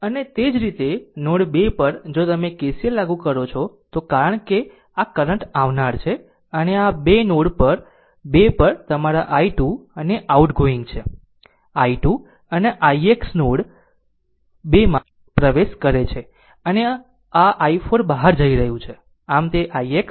અને તે જ રીતે નોડ 2 પર જો તમે KCL લાગુ કરો છો તો કારણ કે આ કરંટ આવનાર છે અને આ 2 નોડ 2 પર તમારા i2 અને આઉટગોઇંગ છે i2 અને ix નોડ 2 માં પ્રવેશ કરે છે અને આ i4 બહાર જઈ રહ્યું છે